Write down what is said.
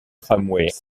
tramway